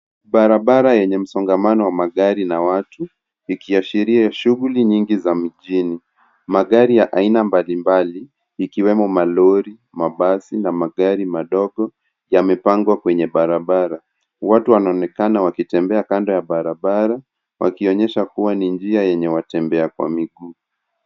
Barabara yenye msongamano wa magari na watu, ikiashiria shughuli nyingi za mjini. Magari ya aina mbalimbali ikiwemo malori, mabasi na magari madogo, yamepangwa kwenye barabara. Watu wanaonekana wakitembea kando ya barabara, wakionyesha kuwa ni njia yenye watembea kwa miguu.